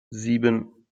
sieben